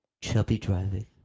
chubby-driving